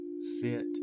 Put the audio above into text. sit